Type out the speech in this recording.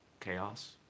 chaos